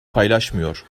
paylaşmıyor